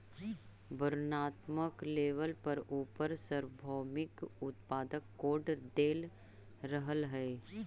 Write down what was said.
वर्णात्मक लेबल पर उपर सार्वभौमिक उत्पाद कोड देल रहअ हई